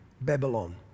Babylon